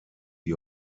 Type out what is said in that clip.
die